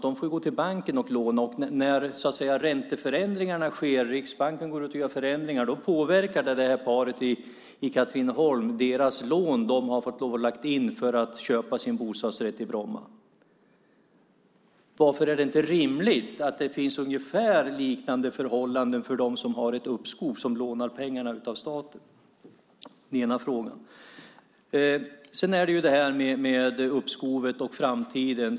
De får ju gå till banken och låna, och när Riksbanken gör förändringar påverkar det de lån de har fått lov att lägga in för att köpa en bostadsrätt i Bromma. Varför är det inte rimligt med ungefär liknande förhållanden för dem som har ett uppskov, som alltså lånar pengarna av staten? Det är min ena fråga. Sedan har vi det här med uppskovet och framtiden.